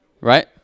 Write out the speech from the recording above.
Right